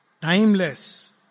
timeless